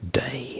day